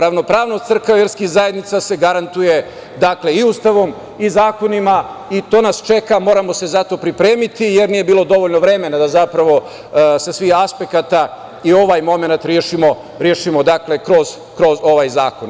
Ravnopravnost crkava i verskih zajednica se garantuje i Ustavom i zakonima i to nas čeka i moramo se za to pripremiti, jer nije bilo dovoljno vremena da zapravo sa svih aspekata i ovaj momenat rešimo kroz ovaj zakon.